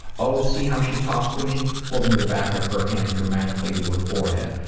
oh see how she talks to me holding the back of her hand dramatically to her forehead.